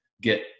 get